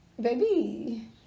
baby